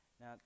Now